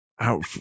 out